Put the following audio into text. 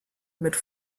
mit